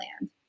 land